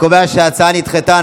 שההצעה נדחתה.